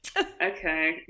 Okay